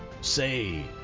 say